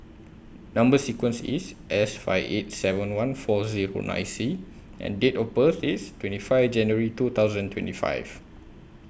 Number sequence IS S five eight seven one four Zero nine C and Date of birth IS twenty five January two thousand twenty five